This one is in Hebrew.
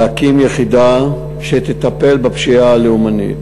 להקים יחידה שתטפל בפשיעה לאומנית.